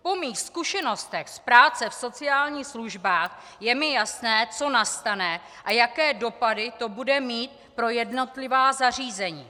Po mých zkušenostech z práce v sociálních službách je mi jasné, co nastane a jaké dopady to bude mít pro jednotlivá zařízení.